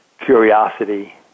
curiosity